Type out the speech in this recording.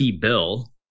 bill